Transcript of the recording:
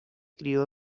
crio